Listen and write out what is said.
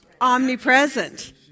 omnipresent